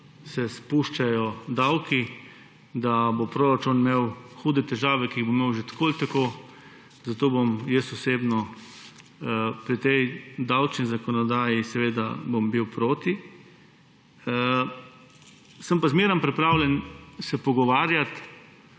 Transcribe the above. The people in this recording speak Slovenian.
se spuščajo davki, da bo proračun imel hude težave, ki jih bo imel že tako ali tako. Zato bom jaz osebno pri tej davčni zakonodaji proti. Sem se pa vedno pripravljen pogovarjati